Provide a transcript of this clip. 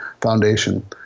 foundation